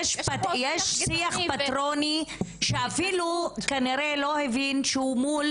יש פה שיח פטרוני והוא אפילו לא הבין כנראה שהוא מול